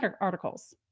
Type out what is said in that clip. articles